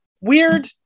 Weird